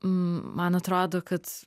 man atrodo kad